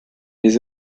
les